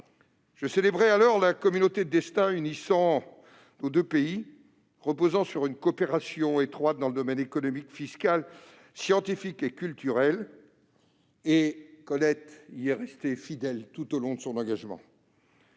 Je célébrais alors la communauté de destin unissant nos deux pays, reposant sur une coopération étroite dans les domaines économique, fiscal, scientifique et culturel. Colette y est restée fidèle tout au long de son engagement.